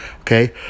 okay